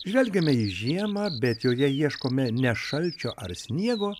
žvelgiame į žiemą bet joje ieškome ne šalčio ar sniego